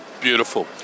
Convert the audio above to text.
Beautiful